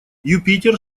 юпитер